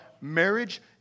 marriage